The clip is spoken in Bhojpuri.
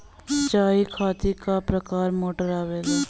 सिचाई खातीर क प्रकार मोटर आवेला?